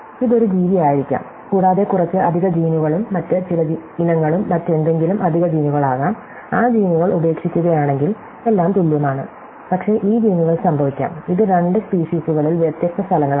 ഇത് ഒരു ജീവി ആയിരിക്കാം കൂടാതെ കുറച്ച് അധിക ജീനുകളും മറ്റ് ചില ഇനങ്ങളും മറ്റെന്തെങ്കിലും അധിക ജീനുകളാകാം ആ ജീനുകൾ ഉപേക്ഷിക്കുകയാണെങ്കിൽ എല്ലാം തുല്യമാണ് പക്ഷേ ഈ ജീനുകൾ സംഭവിക്കാം ഇത് രണ്ട് സ്പീഷിസുകളിൽ വ്യത്യസ്ത സ്ഥലങ്ങളാണ്